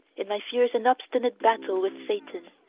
in my fierce and obstinate battle with satan,